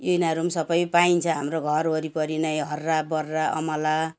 यिनीहरू पनि सबै पाइन्छ हाम्रो घर वरिपरि नै हर्रा बर्रा अमला